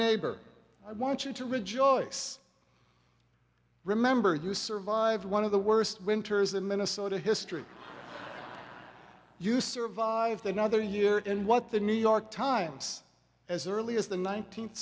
neighbor i want you to rejoice remember you survived one of the worst winters in minnesota history you survived another year in what the new york times as early as the nineteenth